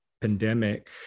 pandemic